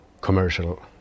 commercial